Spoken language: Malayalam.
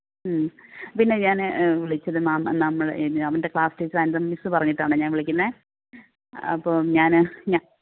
മ് പിന്നെ ഞാന് വിളിച്ചത് മാം നമ്മള് ഇന് അവന്റെ ക്ലാസ് ടീച്ചര് അനിത മിസ്സ് പറഞ്ഞിട്ടാണേ ഞാന് വിളിക്കുന്നത് അപ്പം ഞാന് ഞാ